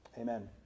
Amen